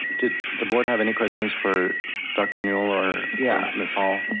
did the board have any questions for dr. newell or yeah ms. hall?